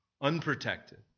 Unprotected